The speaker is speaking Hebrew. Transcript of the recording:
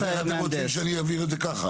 אז איך אתם רוצים שאני אעביר את זה ככה?